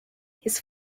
his